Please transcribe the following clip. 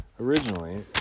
Originally